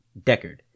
Deckard